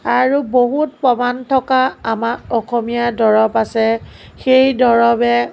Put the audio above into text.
আৰু বহুত প্ৰমাণ থকা আমাৰ অসমীয়া দৰৱ আছে সেই দৰৱে